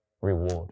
reward